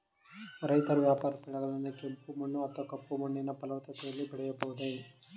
ರೈತರು ವ್ಯಾಪಾರ ಬೆಳೆಗಳನ್ನು ಕೆಂಪು ಮಣ್ಣು ಅಥವಾ ಕಪ್ಪು ಮಣ್ಣಿನ ಫಲವತ್ತತೆಯಲ್ಲಿ ಬೆಳೆಯಬಹುದೇ?